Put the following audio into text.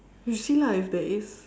you see lah if there is